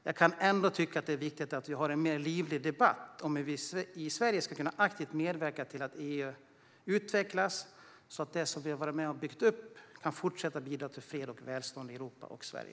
Jag kan ändå tycka att det är viktigt att vi har en mer livlig debatt om hur vi i Sverige aktivt kan medverka till att EU utvecklas så att det vi har varit med och byggt upp kan fortsätta bidra till fred och välstånd i Europa och Sverige.